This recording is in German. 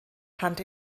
hand